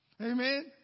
Amen